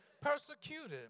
Persecuted